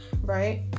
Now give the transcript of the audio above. right